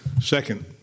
second